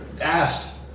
asked